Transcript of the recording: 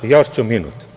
Još ću minut.